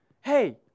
hey